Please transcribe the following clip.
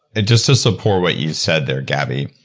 and just to support what you said there gabby,